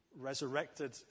resurrected